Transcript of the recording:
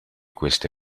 queste